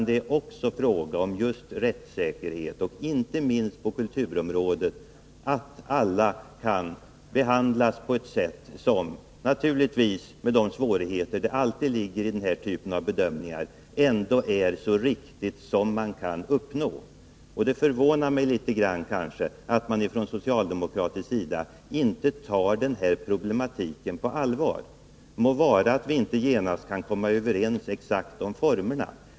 Det är också fråga om rättssäkerhet och — inte minst på kulturområdet — om att alla skall behandlas på bästa möjliga sätt — naturligtvis med hänsyn tagen till de svårigheter som alltid ligger i den här typen av bedömningar. Det förvånar mig litet grand att man ifrån socialdemokratisk sida inte tar den här problematiken på allvar. Må vara att vi inte genast kan komma överens om formerna.